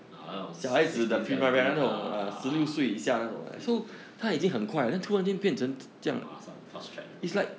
ah 那种 sixteen seventeen ah ah ah 对对对马上 fast track